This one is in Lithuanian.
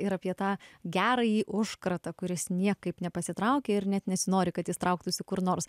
ir apie tą gerąjį užkratą kuris niekaip nepasitraukia ir net nesinori kad jis trauktųsi kur nors